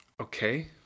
Okay